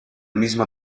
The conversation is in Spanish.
mismo